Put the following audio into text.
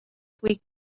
week